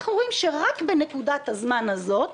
אנחנו רואים שרק בנקודת הזמן הזאת,